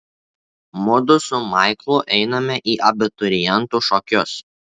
mudu su maiklu einame į abiturientų šokius